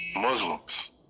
Muslims